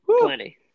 plenty